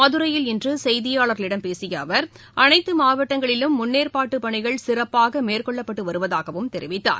மதுரையில் இன்று செய்தியாளர்களிடம் பேசிய அவர் அனைத்து மாவட்டங்களிலும் முன்னேற்பாட்டு பணிகள் சிறப்பாக மேற்கொள்ளப்பட்டு வருவதாகவும் தெரிவித்தார்